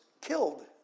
killed